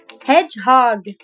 Hedgehog